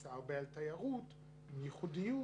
שהתבססה הרבה על תיירות, עם ייחודיות,